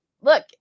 look